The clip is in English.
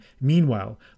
meanwhile